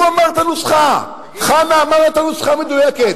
הוא אמר את הנוסחה, חנא אמר את הנוסחה המדויקת.